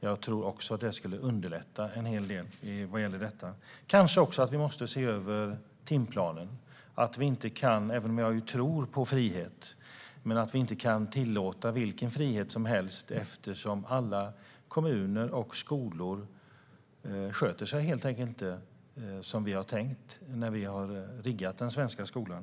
Jag tror att det skulle underlätta en hel del vad gäller detta. Kanske måste vi också se över timplanen. Även om jag tror på frihet kan vi kanske inte tillåta vilken frihet som helst, eftersom alla kommuner och skolor helt enkelt inte sköter sig som vi tänkte när vi riggade den svenska skolan.